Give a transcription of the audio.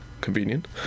Convenient